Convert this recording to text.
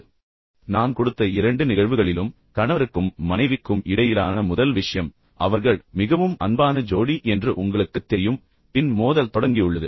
இப்போது நான் கொடுத்த இரண்டு நிகழ்வுகளிலும் கணவருக்கும் மனைவிக்கும் இடையிலான முதல் விஷயம் அவர்கள் மிகவும் அன்பான ஜோடி என்று உங்களுக்குத் தெரியும் பின்னர் மோதல் தொடங்கியுள்ளது